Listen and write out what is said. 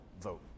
vote